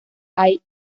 hay